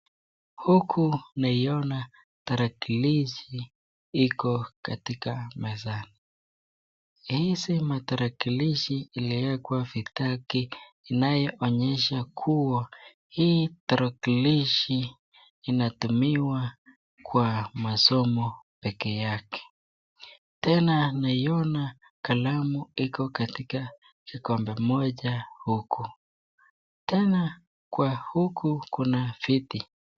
Huku naiona tarakilishi iko katika mezani hizi matarakilishili iliekwa vitaki inayoonyesha kuwa hii tarakilishi inatumiwa kwa masomo peke yake ,tena naiona kalamu iko katika kikombe moja huku tena huku kuna viti.